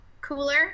cooler